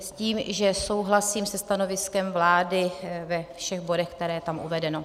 S tím, že souhlasím se stanoviskem vlády ve všech bodech, které je tam uvedeno.